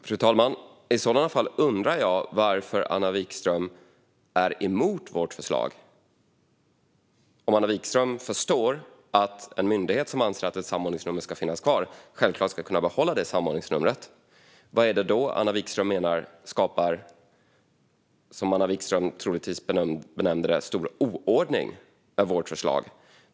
Fru talman! I sådana fall undrar jag varför Anna Vikström är emot vårt förslag. Om Anna Vikström förstår att en myndighet som anser att ett samordningsnummer ska finnas kvar självklart ska kunna behålla detta samordningsnummer, vad är det då Anna Vikström menar skapar stor oordning med vårt förslag?